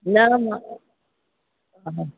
न न हा